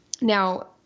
Now